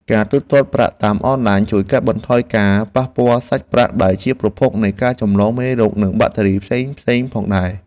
ការទូទាត់ប្រាក់តាមអនឡាញជួយកាត់បន្ថយការប៉ះពាល់សាច់ប្រាក់ដែលជាប្រភពនៃការចម្លងមេរោគនិងបាក់តេរីផ្សេងៗផងដែរ។